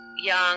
young